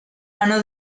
mano